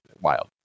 Wild